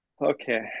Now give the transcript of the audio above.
okay